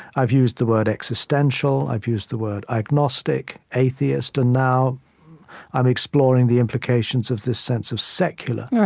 i've used the word existential. i've used the word agnostic, atheist. and now i'm exploring the implications of this sense of secular.